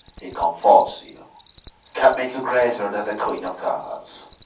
he comforts you can make you greater than the queen of goths.